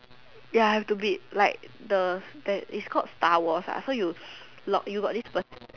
ya have to be like the it's called Star Wars ah so you lock you got this person